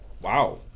Wow